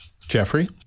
Jeffrey